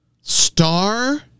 star